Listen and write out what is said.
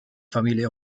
familie